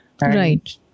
Right